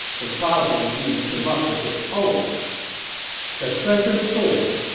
they probably even came up with this poem the treasured sword,